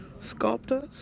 sculptors